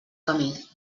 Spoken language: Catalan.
camí